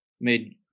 made